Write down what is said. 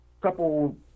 couple